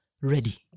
ready